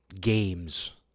games